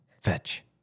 fetch